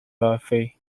murphy